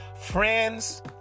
Friends